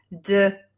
De